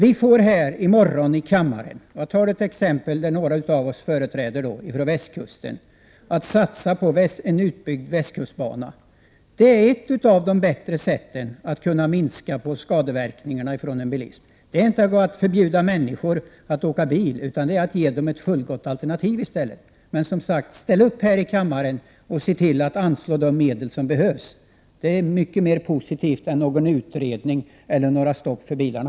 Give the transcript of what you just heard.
I morgon får vi här i kammaren — jag tar ett exempel som berör oss som kommer från västkusten — ta ställning till en utbyggd västkustbana. En sådan är ett av de bättre sätten att minska skadeverkningarna från bilismen. Det bästa är inte att förbjuda människor att åka bil utan att ge dem ett fullgott alternativ. Ställ upp här i kammaren och anslå de medel som behövs! Det är mycket mera positivt än någon utredning eller stopp för bilarna.